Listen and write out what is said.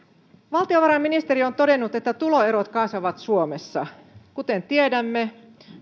valtiovarainministeri on todennut että tuloerot kasvavat suomessa kuten tiedämme